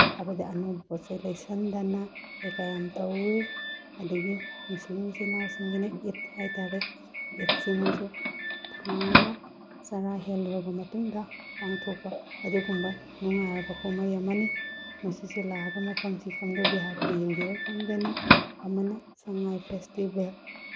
ꯍꯥꯏꯕꯗꯤ ꯑꯅꯧꯕ ꯄꯣꯠꯆꯩ ꯂꯩꯁꯤꯟꯗꯅ ꯀꯩꯀꯥ ꯌꯥꯝ ꯇꯧꯋꯤ ꯑꯗꯒꯤ ꯃꯨꯁꯂꯤꯝ ꯏꯆꯤꯜ ꯏꯅꯥꯎꯁꯤꯡꯒꯤꯅ ꯏꯠ ꯍꯥꯏ ꯇꯥꯔꯦ ꯏꯠꯁꯦ ꯃꯣꯏꯁꯨ ꯊꯥ ꯑꯃ ꯆꯔꯥ ꯍꯦꯜꯂꯨꯔꯕ ꯃꯇꯨꯡꯗ ꯄꯥꯡꯊꯣꯛꯄ ꯑꯗꯨꯒꯨꯝꯕ ꯅꯨꯡꯉꯥꯏꯔꯕ ꯀꯨꯝꯍꯩ ꯑꯃꯅꯤ ꯃꯁꯤꯁꯦ ꯂꯥꯛꯑꯒ ꯃꯐꯝꯁꯤ ꯀꯝꯗꯧꯗꯣ ꯍꯥꯏꯕꯗꯣ ꯌꯦꯡꯕꯤꯔꯒ ꯈꯪꯒꯅꯤ ꯑꯃꯅ ꯁꯉꯥꯏ ꯐꯦꯁꯇꯤꯕꯦꯜ